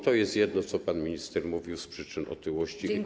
To jest jedna - o czym pan minister mówił - z przyczyn otyłości.